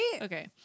Okay